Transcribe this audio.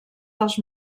dels